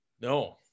no